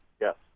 yes